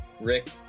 Rick